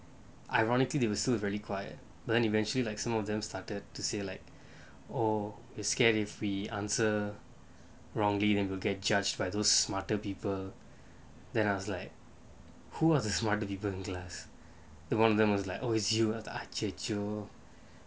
ironically they will still really quiet but then eventually like some of them started to say like oh it scared if we answer wrongly then you will get judged by those smarter people than I was like who are the smarter people in class then one of them was like oh it's you அச்சச்சோ:acchaccho